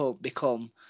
become